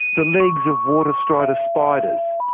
the legs of water strider spiders,